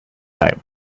time